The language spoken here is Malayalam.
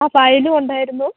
ആ ഫയലും ഉണ്ടായിരുന്നു